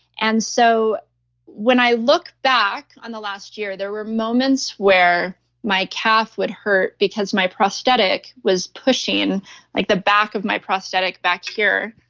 and so when i look back on the last year, there were moments where my calf would hurt because my prosthetic was pushing like the back of my prosthetic back here,